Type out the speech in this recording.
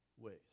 ways